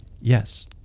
yes